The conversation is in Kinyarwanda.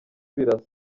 birasa